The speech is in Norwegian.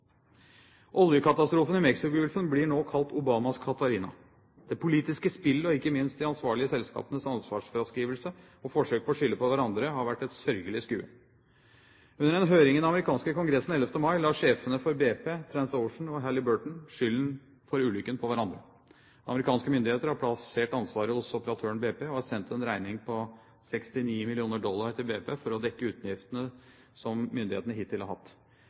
Oljekatastrofen i Mexicogolfen blir nå kalt Obamas «Katrina». Det politiske spillet, og ikke minst de ansvarlige selskapenes ansvarsfraskrivelse og forsøk på å skylde på hverandre, har vært et sørgelig skue. Under en høring i den amerikanske kongressen 11. mai la sjefene for BP, Transocean og Halliburton skylden for ulykken på hverandre. Amerikanske myndigheter har plassert ansvaret hos operatøren BP og har sendt en regning på 69 mill. dollar til BP for å dekke utgiftene som myndighetene hittil har hatt.